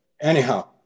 Anyhow